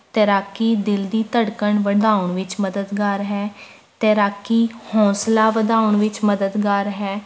ਤੈਰਾਕੀ ਦਿੱਲ ਦੀ ਧੜਕਣ ਵਧਾਉਣ ਵਿੱਚ ਮਦਦਗਾਰ ਹੈ ਤੈਰਾਕੀ ਹੌਂਸਲਾ ਵਧਾਉਣ ਵਿੱਚ ਮਦਦਗਾਰ ਹੈ